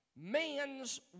man's